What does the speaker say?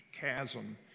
chasm